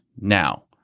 now